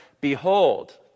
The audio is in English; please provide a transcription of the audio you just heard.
Behold